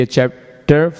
Chapter